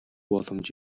боломж